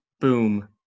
Boom